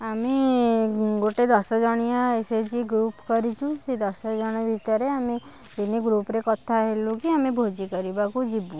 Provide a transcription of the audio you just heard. ଆମେ ଗୋଟେ ଦଶଜଣିଆ ଏସ୍ ଏଚ୍ ଜି ଗ୍ରୁପ୍ କରିଛୁ ସେ ଦଶଜଣ ଭିତରେ ଆମେ ଦିନେ ଗ୍ରୁପ୍ରେ ଆମେ କଥା ହେଲୁକି ଭୋଜି କରିବାକୁ ଯିବୁ